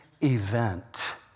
event